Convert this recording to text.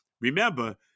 remember